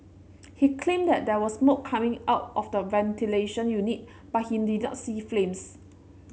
he claimed that there was smoke coming out of the ventilation unit but he did not see flames